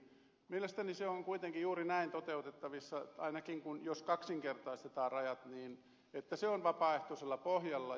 mielestäni se on kuitenkin juuri näin toteutettavissa ainakin jos kaksinkertaistetaan rajat että se on vapaaehtoisella pohjalla